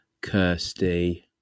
Kirsty